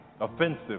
Offensive